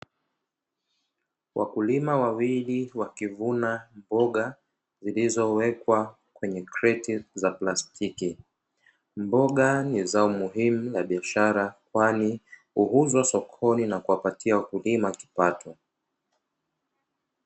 Wakulima wawili wakivuna mboga zilizowekwa kwenye kreti za plastiki. Mboga ni zao muhimu la biashara kwani huuzwa sokoni na kuwapatia wakulima kipato.